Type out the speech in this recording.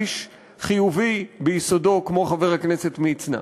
איש חיובי ביסודו כמו חבר הכנסת מצנע,